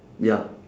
ya